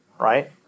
right